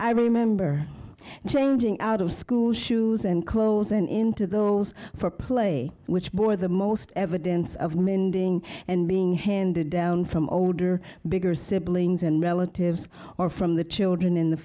i remember changing out of school shoes and clothes and into the rolls for play which bore the most evidence of mending and being handed down from older bigger siblings and relatives or from the children in the